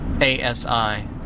a-s-i